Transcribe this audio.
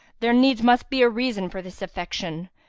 there needs must be a reason for this affection!